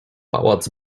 pałac